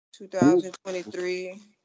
2023